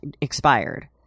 expired